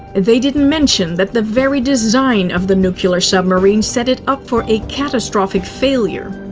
they didn't mention that the very design of the nuclear submarine set it up for a catastrophic failure.